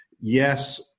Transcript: Yes